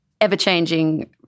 ever-changing